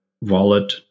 wallet